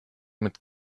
mit